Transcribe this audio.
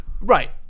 Right